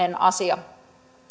asia